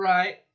Right